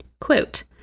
Quote